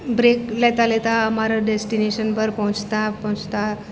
break લેતા લેતા અમારા ડેસ્ટીનેશન પર પહોંચતા પહોંચતા